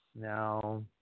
Now